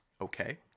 okay